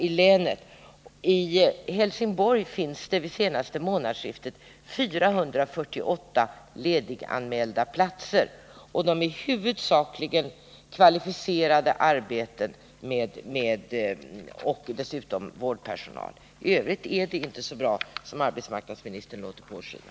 I Helsingborg fanns det vid senaste månadsskiftet 448 lediganmälda platser — huvudsakligen kvalificerade arbeten och dessutom vårdpersonal. I övrigt är det inte så bra som arbetsmarknadsministern låter påskina.